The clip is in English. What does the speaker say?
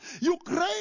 Ukraine